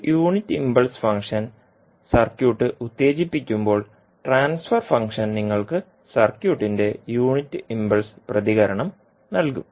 ഒരു unit impulse function circuit ഉത്തേജിപ്പിക്കുമ്പോൾ transfer function നിങ്ങൾക്ക് സർക്യൂട്ടിന്റെ യൂണിറ്റ് ഇംപൾസ് പ്രതികരണം നൽകും